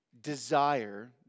desire